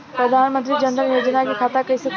प्रधान मंत्री जनधन योजना के खाता कैसे खुली?